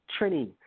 Trini